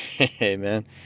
amen